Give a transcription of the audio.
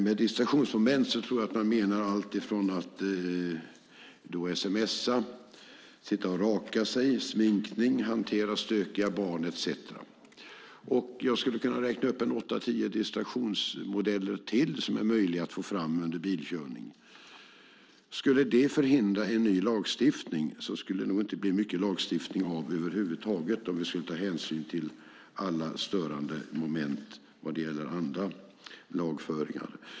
Med distraktionsmoment tror jag att man menar alltifrån att sms:a, sitta och raka sig, sminka sig, hantera stökiga barn etcetera. Jag skulle kunna räkna upp åtta tio distraktionsmodeller till som är möjliga att få fram under bilkörning. Skulle det förhindra en ny lagstiftning? Det skulle nog inte bli mycket lagstiftning av över huvud taget om vi skulle ta hänsyn till alla störande moment vad gäller andra lagföringar.